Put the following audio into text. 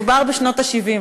מדובר בשנות ה-70,